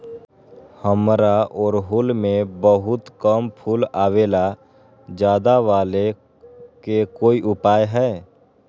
हमारा ओरहुल में बहुत कम फूल आवेला ज्यादा वाले के कोइ उपाय हैं?